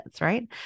right